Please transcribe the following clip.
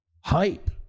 hype